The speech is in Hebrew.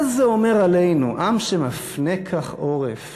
מה זה אומר עלינו, עם שמפנה כך עורף